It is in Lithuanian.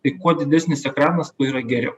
tai kuo didesnis ekranas tuo yra geriau